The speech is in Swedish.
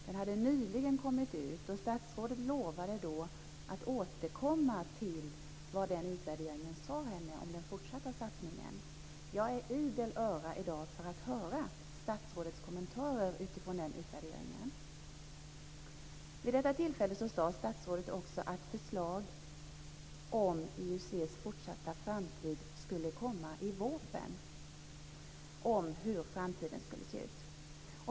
Den hade nyligen kommit ut, och statsrådet lovade då att återkomma till vad den utvärderingen sade henne om den fortsatta satsningen. Jag är i dag idel öra för att höra statsrådets kommentarer utifrån den utvärderingen. Vid detta tillfälle sade statsrådet också att förslag om IUC:s fortsatta framtid skulle komma i VÅP:en.